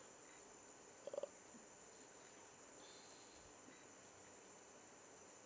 uh